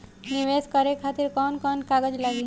नीवेश करे खातिर कवन कवन कागज लागि?